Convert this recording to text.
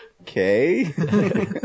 Okay